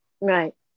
Right